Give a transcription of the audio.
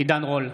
עידן רול,